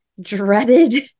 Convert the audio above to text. dreaded